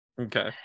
Okay